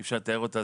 אי אפשר לתאר אותה,